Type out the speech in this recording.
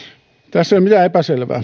tässä ei ole mitään epäselvää